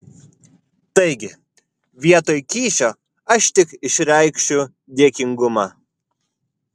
taigi vietoj kyšio aš tik išreikšiu dėkingumą